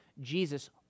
Jesus